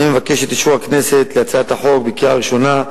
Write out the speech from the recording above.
אני מבקש את אישור הכנסת להצעת החוק בקריאה ראשונה.